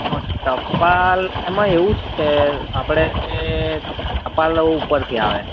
હો ટપાલ એમાં એવું છે આપણે ટપાલો ઉપરથી આવે